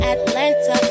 Atlanta